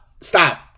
Stop